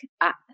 up